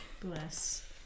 Bless